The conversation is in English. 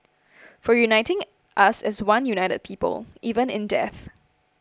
for uniting us as one united people even in death